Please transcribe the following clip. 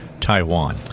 Taiwan